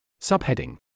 Subheading